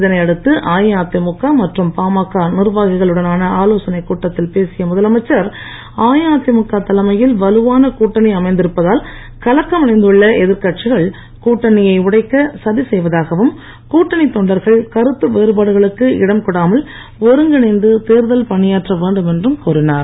இதனையடுத்து அஇஅதிமுக மற்றும் பாமக நிர்வாகிகளுடனான ஆலோசனை கூட்டத்தில் பேசிய முதலமைச்சர் அஇஅதிமுக தலைமையில் வலுவான கூட்டணி அமைந்திருப்பதால் கலக்கமடைந்துள்ள எதிர்கட்சிகள் செய்வதாகவும் கூட்டணி தொண்டர்கள் கருத்து வேறுபாடுகளுக்கு இடம்கொடாமல் ஒருங்கிணைந்து தேர்தல் பணியாற்ற வேண்டும் என்றும் கூறினார்